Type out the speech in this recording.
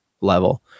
level